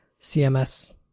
CMS